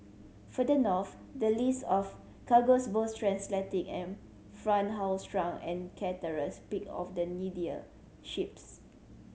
further north the list of cargoes both transatlantic and front haul shrunk and picked off the needier ships